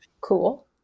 cool